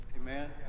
Amen